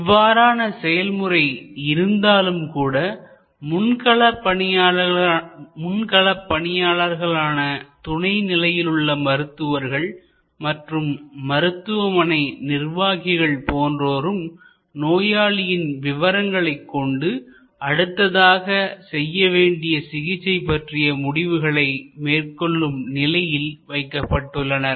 இவ்வாறான செயல் முறை இருந்தாலும்கூட முன்கள பணியாளர்களான துணை நிலையிலுள்ள மருத்துவர்கள் மற்றும் மருத்துவமனை நிர்வாகிகள் போன்றோரும் நோயாளியின் விவரங்களைக் கொண்டு அடுத்ததாக செய்ய வேண்டிய சிகிச்சை பற்றிய முடிவுகளை மேற்கொள்ளும் நிலையில் வைக்கப்பட்டுள்ளனர்